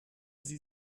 sie